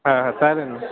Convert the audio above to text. हा हां चालेल ना